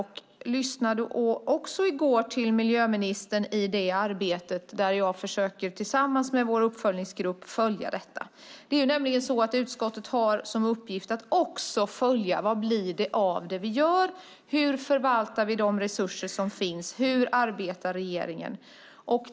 Jag lyssnade också i går till miljöministern i detta arbete, där jag tillsammans med vår uppföljningsgrupp försöker följa detta. Det är nämligen så att utskottet har till uppgift att också följa vad det blir av det vi gör. Hur förvaltar vi de resurser som finns? Hur arbetar regeringen?